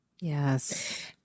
Yes